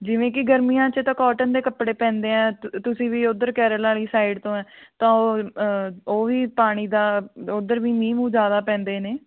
ਜਿਵੇਂ ਕਿ ਗਰਮੀਆਂ 'ਚ ਤਾਂ ਕੋਟਨ ਦੇ ਕੱਪੜੇ ਪੈਂਦੇ ਆ ਤੁ ਤੁਸੀਂ ਵੀ ਉੱਧਰ ਕੇਰਲਾ ਵਾਲੀ ਸਾਈਡ ਤੋਂ ਆ ਤਾਂ ਉਹ ਉਹ ਵੀ ਪਾਣੀ ਦਾ ਉੱਧਰ ਵੀ ਮੀਂਹ ਮੂਹ ਜ਼ਿਆਦਾ ਪੈਂਦੇ ਨੇ